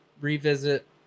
revisit